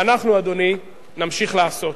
ואנחנו, אדוני, נמשיך לעשות.